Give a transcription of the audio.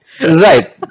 right